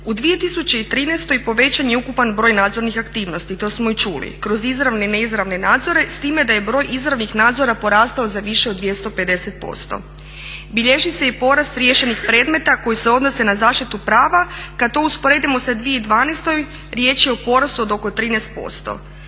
u 2013. povećan je ukupan broj nadzornih aktivnosti to smo i čuli kroz izravne i neizravne nadzore s time da je broj izravnih nadzora porastao za više od 250%. Bilježi se i porast riješenih predmeta koji se odnose na zaštitu prava, kad to usporedimo sa 2012. riječ je o porastu od oko 13%.